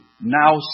now